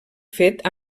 fet